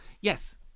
yes